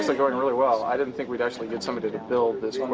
so going really well. i didn't think we'd actually get somebody to build this